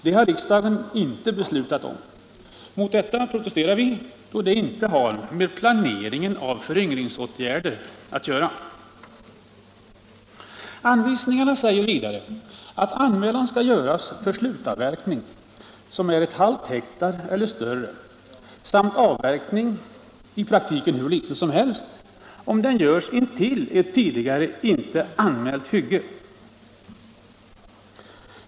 Det har riksdagen inte beslutat om. Mot detta protesterar vi då detta inte har med planeringen av föryngringsåtgärderna att göra. Anvisningarna säger vidare, att anmälan skall göras för slutavverkning som omfattar ett halvt hektar eller större samt avverkning, i praktiken hur liten som helst, om den görs intill ett tidigare inte anmält bygge.